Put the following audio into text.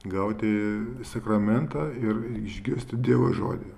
gauti sakramentą ir išgirsti dievo žodį